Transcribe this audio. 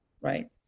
Right